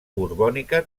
borbònica